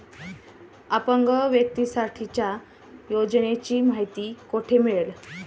अपंग व्यक्तीसाठीच्या योजनांची माहिती कुठे मिळेल?